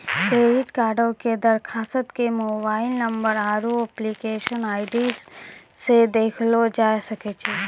credit कार्डो के दरखास्त के मोबाइल नंबर आरु एप्लीकेशन आई.डी से देखलो जाय सकै छै